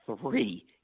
three